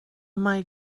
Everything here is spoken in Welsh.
mae